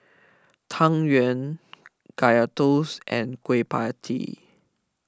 Tang Yuen Kaya Toast and Kueh Pie Tee